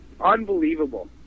Unbelievable